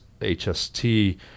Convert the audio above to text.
hst